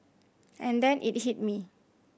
and then it hit me